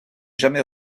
jamais